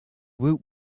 woot